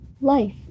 life